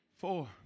Four